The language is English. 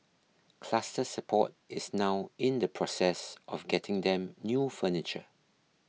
Cluster Support is now in the process of getting them new furniture